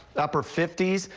upper fifty s.